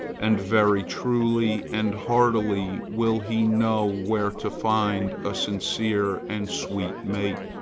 and very truly and heartily will he know where to find a sincere and sweet mate,